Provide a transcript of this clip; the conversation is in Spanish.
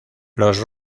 los